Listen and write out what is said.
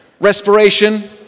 Respiration